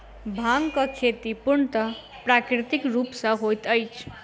भांगक खेती पूर्णतः प्राकृतिक रूप सॅ होइत अछि